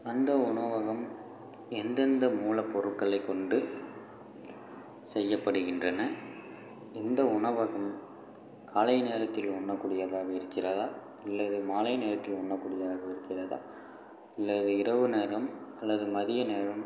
அந்த உணவகம் எந்தெந்த மூல பொருட்களை கொண்டு செய்யப்படுகின்றன இந்த உணவகம் காலை நேரத்தில் உண்ணக்கூடியதாக இருக்கிறதா இல்லை இது மாலை நேரத்தில் உண்ணக்கூடியதாக இருக்கிறதா இல்லை இரவு நேரம் அல்லது மதிய நேரம்